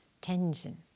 tension